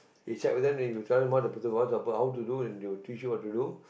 you check with them then you tell them what the person want helped out how to do and they will teach you what to do